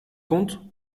conte